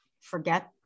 forget